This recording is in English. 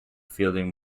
fielding